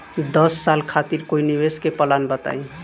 दस साल खातिर कोई निवेश के प्लान बताई?